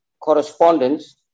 correspondence